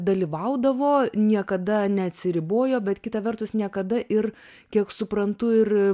dalyvaudavo niekada neatsiribojo bet kita vertus niekada ir kiek suprantu ir